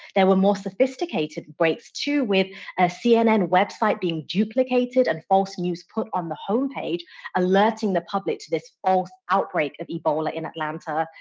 there were more sophisticated breaks too with a cnn website being duplicated, and false news put on the homepage alerting the public to this false outbreak of ebola in atlanta.